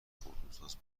خودروساز